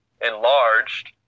enlarged